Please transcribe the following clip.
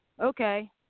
okay